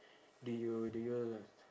do you do you